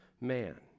man